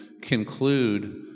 conclude